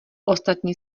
ostatní